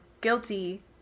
guilty